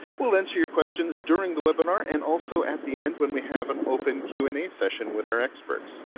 we'll answer your questions during the webinar and also at the end when we have an open q and a session with our experts.